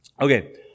Okay